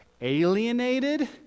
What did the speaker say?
alienated